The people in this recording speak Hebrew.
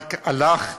רק הלך וירד: